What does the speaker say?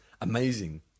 amazing